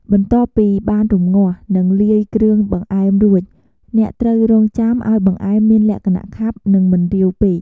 បន្ទាប់ពីបានរំងាស់ និងលាយគ្រឿងបង្អែមរួច អ្នកត្រូវរង់ចាំឱ្យបង្អែមមានលក្ខណៈខាប់ និងមិនរាវពេក។